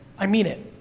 i mean it.